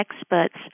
experts